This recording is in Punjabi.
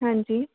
ਹਾਂਜੀ